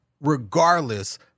regardless